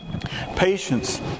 Patience